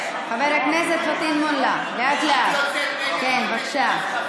הכנסת אמסלם, בבקשה.